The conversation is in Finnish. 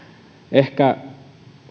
ehkä